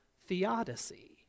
theodicy